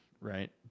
right